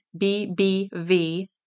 BBV